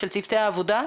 של צוותי העבודה.